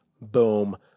Boom